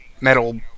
metal